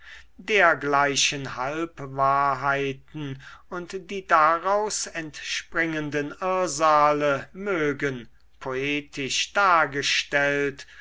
dergleichen halbwahrheiten und die daraus entspringenden irrsale mögen poetisch dargestellt